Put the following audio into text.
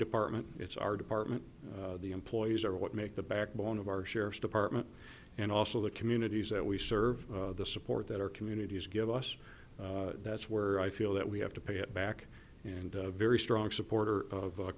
department it's our department the employees are what make the backbone of our sheriff's department and also the communities that we serve the support that our communities give us that's where i feel that we have to pay it back and very strong supporter of